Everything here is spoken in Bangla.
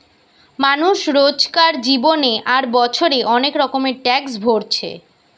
মানুষ রোজকার জীবনে আর বছরে অনেক রকমের ট্যাক্স ভোরছে